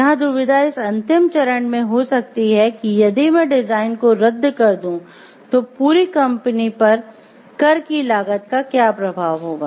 यहाँ दुविधा इस अंतिम चरण में हो सकती है कि यदि मैं डिजाइन को रद्द कर दूं तो पूरी कंपनी पर कर की लागत का क्या प्रभाव होगा